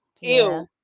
Ew